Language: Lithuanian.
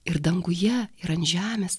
ir danguje ir ant žemės